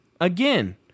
Again